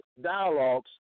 dialogues